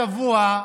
הצבוע,